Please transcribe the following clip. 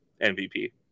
MVP